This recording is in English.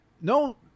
no